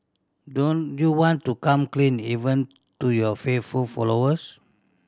don't you want to come clean even to your faithful followers